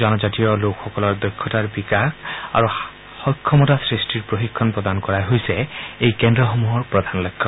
জনজাতীয় লোকসকলৰ দক্ষতাৰ বিকাশ আৰু সক্ষমতা সৃষ্টিৰ প্ৰশিক্ষণ প্ৰদান কৰাই হৈছে এই কেন্দ্ৰসমূহৰ প্ৰধান লক্ষ্য